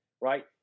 right